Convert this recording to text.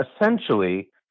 essentially